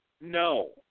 no